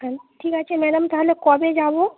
ঠিক আছে ম্যাডাম তাহলে কবে যাবো